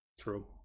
True